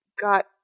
got